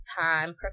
time